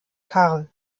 karl